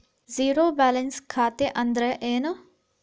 Zero balance ಖಾತೆ ಅಂದ್ರೆ ಏನು?